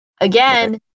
Again